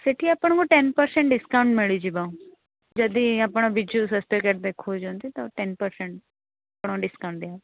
ସେଇଠି ଆପଣଙ୍କୁ ten percent discount ମିଳିଯିବ ଯଦି ଆପଣ ବିଜୁସ୍ୱାସ୍ଥ୍ୟ କାର୍ଡ଼ ଦେଖାଉଛନ୍ତି ଯଦି ଟେନ୍ ପରସେଣ୍ଟ ଡିସକାଉଣ୍ଟ ଦିଆହବ